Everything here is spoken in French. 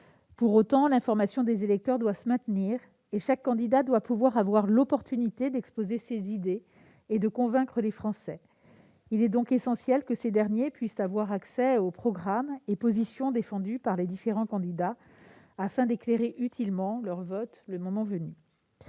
Pour autant, l'information des électeurs doit être assurée et chaque candidat doit pouvoir avoir l'opportunité d'exposer ses idées et de convaincre les Français. Il est donc essentiel que ces derniers puissent avoir accès aux programmes et positions défendues par les différents candidats afin d'éclairer utilement leur vote le moment venu.